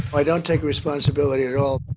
i don't take responsibility at all.